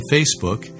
Facebook